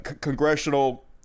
congressional